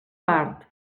part